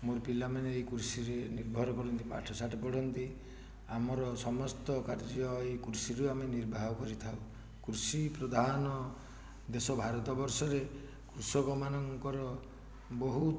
ମୋର ପିଲାମାନେ ଏଇ କୃଷିରେ ନିର୍ଭର କରନ୍ତି ପାଠଶାଠ ପଢ଼ନ୍ତି ଆମର ସମସ୍ତ କାର୍ଯ୍ୟ ଏଇ କୃଷିରୁ ଆମେ ନିର୍ବାହ କରିଥାଉ କୃଷିପ୍ରଧାନ ଦେଶ ଭାରତ ବର୍ଷରେ କୃଷକ ମାନଙ୍କର ବହୁତ